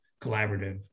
collaborative